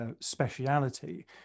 speciality